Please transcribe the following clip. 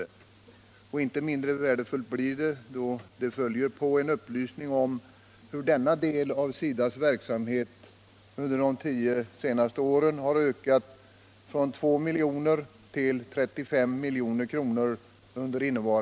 Och det blir inte mindre värdefullt när det följer på en upplysning om hur denna del av SIDA:s verksamhet under de tio senaste åren har ökat från två miljoner till 35 miljoner.